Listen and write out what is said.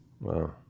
Wow